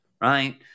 right